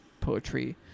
poetry